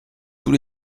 tous